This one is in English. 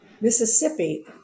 Mississippi